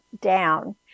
down